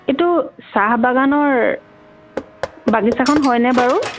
এইটো চাহ বাগানৰ বাগিচাখন হয়নে বাৰু